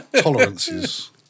Tolerances